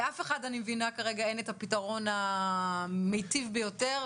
לאף אחד אין את הפתרון המיטיב ביותר,